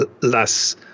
less